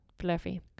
Fluffy